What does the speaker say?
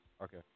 Okay